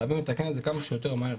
חייבים לתקן את זה כמה שיותר מהר,